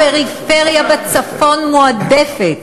הפריפריה בצפון מועדפת.